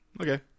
Okay